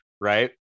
right